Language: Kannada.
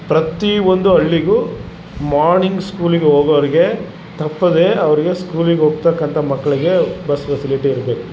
ಪ್ರತಿಒಂದು ಹಳ್ಳಿಗು ಮಾರ್ಣಿಂಗ್ ಸ್ಕೂಲಿಗೆ ಹೋಗೋವರೆಗೆ ತಪ್ಪದೇ ಅವರಿಗೆ ಸ್ಕೂಲಿಗೆ ಹೋಗ್ತಕ್ಕಂಥ ಮಕ್ಕಳಿಗೆ ಬಸ್ ಫೆಸಿಲಿಟಿ ಇರಬೇಕು